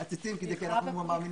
כי אנחנו זורעים